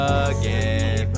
again